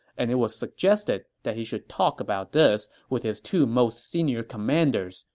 and it was suggested that he should talk about this with his two most senior commanders,